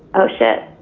oh shit,